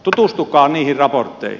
tutustukaa niihin raportteihin